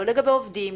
לא לגבי עובדים.